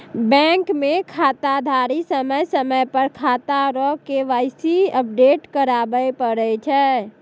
bank मे खाताधारी समय समय पर खाता रो के.वाई.सी अपडेट कराबै पड़ै छै